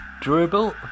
dribble